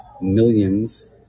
millions